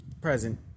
present